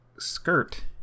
Skirt